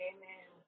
Amen